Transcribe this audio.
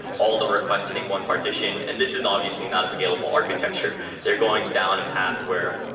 all the request hitting one partition, and this is obviously not a scalable architecture. they're going down a path where